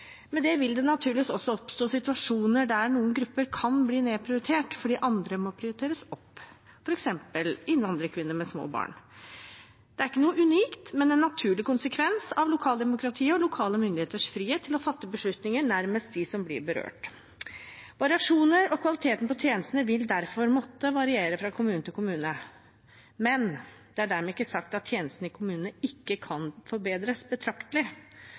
Med det vil det naturligvis også oppstå situasjoner der noen grupper kan bli nedprioritert fordi andre må prioriteres opp, f.eks. innvandrerkvinner med små barn. Det er ikke noe unikt, men en naturlig konsekvens av lokaldemokratiet og lokale myndigheters frihet til å fatte beslutninger nærmest dem som blir berørt. Variasjonen av og kvaliteten på tjenestene vil derfor måtte variere fra kommune til kommune. Men det er dermed ikke sagt at tjenestene i kommunene ikke kan forbedres betraktelig,